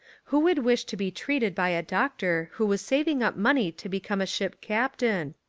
who would wish to be treated by a doctor who was saving up money to become a ship captain?